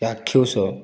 ଚାକ୍ଷୁଷ